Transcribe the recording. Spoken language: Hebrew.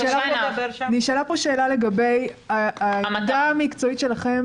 נשאלה פה שאלה לגבי העמדה המקצועית שלכם